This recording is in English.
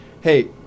hey